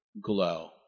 glow